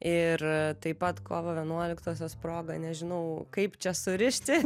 ir taip pat kovo vienuoliktosios proga nežinau kaip čia surišti